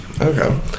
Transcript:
okay